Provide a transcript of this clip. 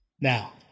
Now